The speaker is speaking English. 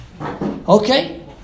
Okay